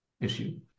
issue